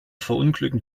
verunglücken